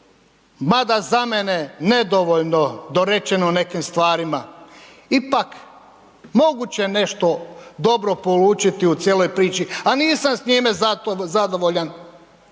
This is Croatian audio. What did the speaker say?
mada za mene nedovoljno nedorečeno u nekim stvarima, ipak moguće nešto dobro polučiti u cijeloj priči. A nisam s njime zadovoljan,